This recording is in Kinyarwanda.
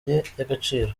y’agaciro